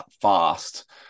fast